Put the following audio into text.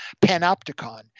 Panopticon